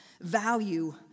value